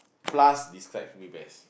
plus describes me best